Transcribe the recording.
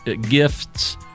gifts